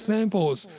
Samples